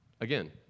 Again